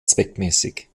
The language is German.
zweckmäßig